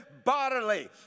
Bodily